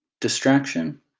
distraction